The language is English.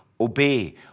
obey